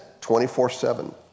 24-7